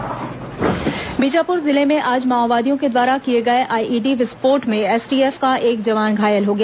जवान घायल बीजापुर जिले में आज माओवादियों द्वारा किए गए आईईडी विस्फोट में एसटीएफ का एक जवान घायल हो गया